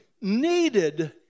needed